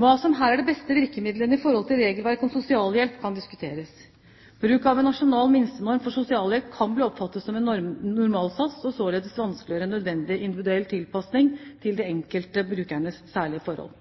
Hva som her er de beste virkemidlene i forhold til regelverk om sosialhjelp, kan diskuteres. Bruk av en nasjonal minstenorm for sosialhjelp kan bli oppfattet som en normalsats, og således vanskeliggjøre en nødvendig individuell tilpasning til de enkelte brukernes særlige forhold.